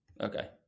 Okay